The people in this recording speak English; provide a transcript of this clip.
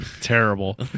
Terrible